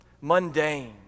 mundane